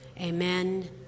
amen